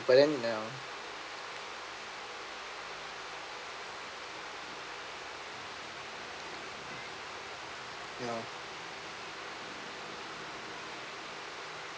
but then ya ya